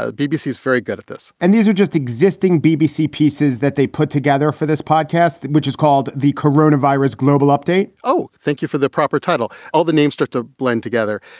ah bbc is very good at this and these are just existing bbc pieces that they put together for this podcast, which is called the corona virus global update oh, thank you for the proper title. all the names start to blend together.